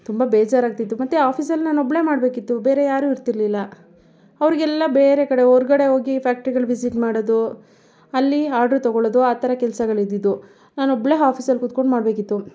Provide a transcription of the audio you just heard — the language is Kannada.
ತುಂಬ ಬೇಜರಾಗ್ತಿತ್ತು ಮತ್ತೆ ಆಫೀಸಲ್ಲಿ ನಾನು ಒಬ್ಬಳೆ ಮಾಡಬೇಕಿತ್ತು ಬೇರೆ ಯಾರೂ ಇರ್ತಿರಲಿಲ್ಲ ಅವ್ರಿಗೆಲ್ಲ ಬೇರೆ ಕಡೆ ಹೊರ್ಗಡೆ ಹೋಗಿ ಫ್ಯಾಕ್ಟ್ರಿಗಳು ವಿಝಿಟ್ ಮಾಡೋದು ಅಲ್ಲಿ ಆರ್ಡರ್ ತೊಗೊಳ್ಳೋದು ಆ ಥರ ಕೆಲ್ಸಗಳು ಇದ್ದಿದ್ದು ನಾನು ಒಬ್ಬಳೆ ಆಫೀಸಲ್ಲಿ ಕೂತ್ಕೊಂಡು ಮಾಡಬೇಕಿತ್ತು